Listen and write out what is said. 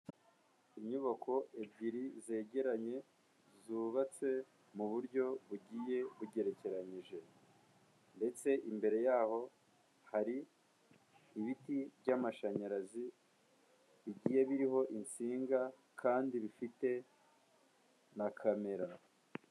Inyubako ebyiri zegeranye zubatse mu buryo bugiye bugerekeranyije ndetse imbere yaho hari ibiti by'amashanyarazi bigiye biriho insinga kandi bifite na kamera.